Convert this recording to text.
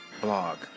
blog